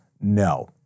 No